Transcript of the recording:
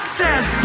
says